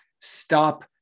Stop